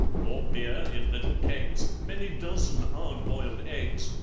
more beer, in little kegs, many dozen hard-boiled eggs,